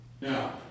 Now